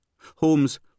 Holmes